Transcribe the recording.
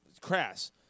crass